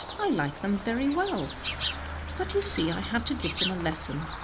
i like them very well but you see i had to give them a lesson.